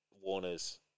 Warners